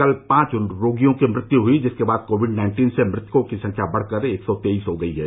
कल पांच रोगियों की मृत्यु हुई जिसके बाद कोविड नाइन्टीन से मृतकों की संख्या बढ़कर एक सौ तेईस हो गई है